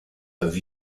have